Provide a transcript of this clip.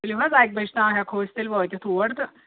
تُلِو حظ اَکہِ بَجہِ تانۍ ہٮ۪کو أسۍ تیٚلہِ وٲتِتھ اور تہٕ